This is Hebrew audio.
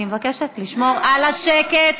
אני מבקשת לשמור על השקט,